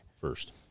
first